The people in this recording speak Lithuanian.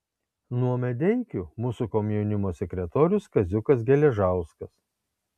nuo medeikių mūsų komjaunimo sekretorius kaziukas geležauskas